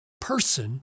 person